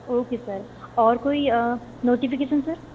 okay sir और कोई notification sir